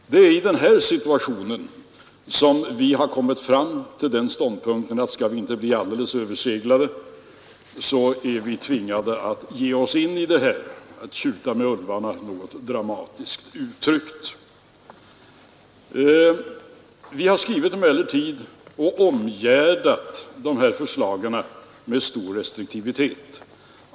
Det är i denna situation som vi har intagit den ståndpunkten att vi, för att inte bli alldeles överseglade, är tvingade att ge oss in i detta och, dramatiskt uttryckt, tjuta med ulvarna. Vi har emellertid omgärdat våra förslag med stor restriktivitet.